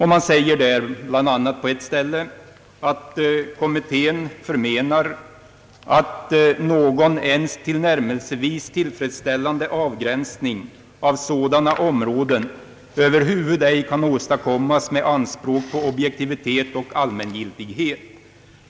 Man säger där bl.a. på ett ställe: »Kommittén förmenar, att någon ens tillnärmelsevis tillfredsställande avgränsning av sådana områden över huvud ej kan åstadkommas med anspråk på objektivitet och allmängiltighet.